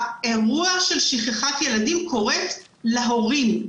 האירוע של שכחת ילדים קורה להורים,